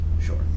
Sure